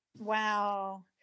Wow